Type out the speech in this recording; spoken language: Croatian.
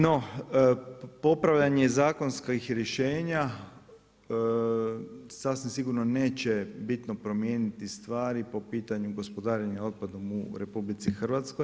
No, popravljanje zakonskih rješenja sasvim sigurno neće bitno promijeniti stvari po pitanju gospodarenja otpadom u RH.